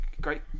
great